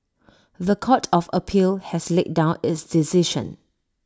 The Court of appeal has laid down its decision